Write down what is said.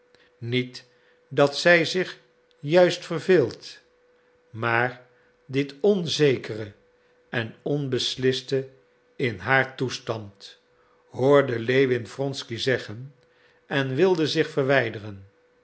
niet dat zij zich juist verveelt maar dit onzekere en onbesliste in haar toestand hoorde lewin wronsky zeggen en wilde zich verwijderen